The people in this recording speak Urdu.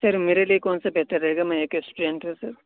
سر میرے لیے کون سا بہتر رہے گا میں ایک اسٹوڈنٹ ہوں سر